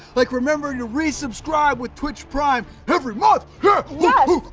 like, remember to resubscribe with twitch prime, every month, yeah! yeah